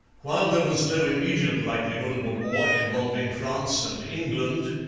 while there was no immediate likelihood of a war involving france and england,